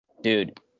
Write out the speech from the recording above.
dude